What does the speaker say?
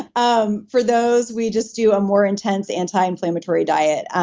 um for those, we just do a more intensive anti-inflammatory diet.